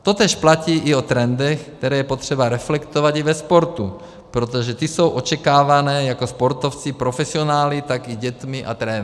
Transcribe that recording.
Totéž platí i o trendech, které je třeba reflektovat i ve sportu, protože ty jsou očekávány jak sportovci profesionály, tak i dětmi a trenéry.